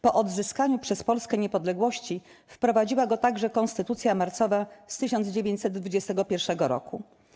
Po odzyskaniu przez Polskę niepodległości wprowadziła go także konstytucja marcowa z 1921 roku.